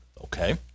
Okay